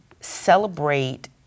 celebrate